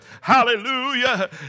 Hallelujah